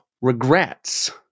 regrets